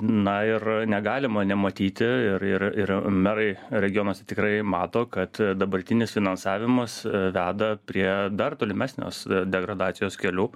na ir negalima nematyti ir ir ir merai regionuose tikrai mato kad dabartinis finansavimas veda prie dar tolimesnės degradacijos kelių